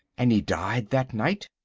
and he died that night?